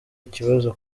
ikibazo